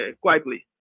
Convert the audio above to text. quietly